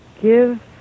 give